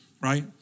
right